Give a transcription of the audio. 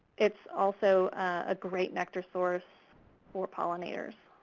it's also a great nectar source for pollinators.